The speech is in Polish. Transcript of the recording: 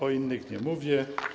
O innych nie mówię.